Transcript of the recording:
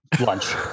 lunch